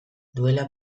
duela